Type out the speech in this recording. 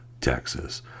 Texas